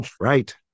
right